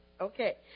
Okay